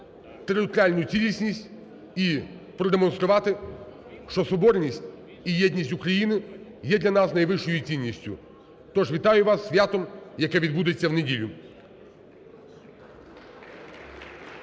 територіальну цілісність і продемонструвати, що соборність і єдність України є для нас найвищою цінністю. То ж вітаю вас із святом, яке відбудеться в неділю.